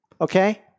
Okay